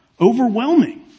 overwhelming